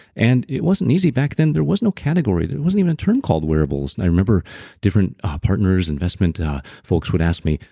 and it wasn't easy back then. there was no category, there wasn't even a term called wearables. i remember our partners investment folks would ask me,